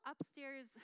upstairs